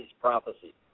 prophecy